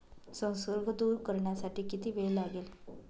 संसर्ग दूर करण्यासाठी किती वेळ लागेल?